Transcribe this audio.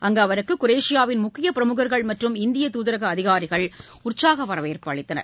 அங்கு அவருக்கு குரேஷியாவின் முக்கியப் பிரமுகர்கள் மற்றும் இந்தியத் தாதரக அதிகாரிகள் உற்சாக வரவேற்பு அளித்தனர்